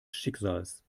schicksals